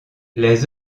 les